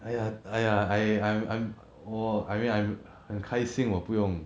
!aiya! !aiya! I I'm I'm 我 I mean I'm 很开心我不用